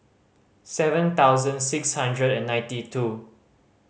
seven thousand six hundred and ninety two